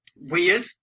weird